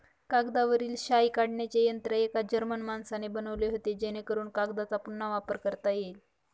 कागदावरील शाई काढण्याचे यंत्र एका जर्मन माणसाने बनवले होते जेणेकरून कागदचा पुन्हा वापर करता येईल